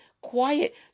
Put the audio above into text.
quiet